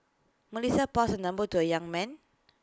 Melissa passed her number to A young man